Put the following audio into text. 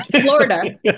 Florida